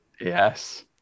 Yes